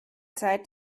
zeit